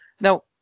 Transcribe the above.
Now